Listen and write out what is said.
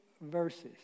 verses